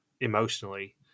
emotionally